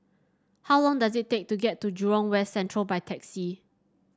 how long does it take to get to Jurong West Central by taxi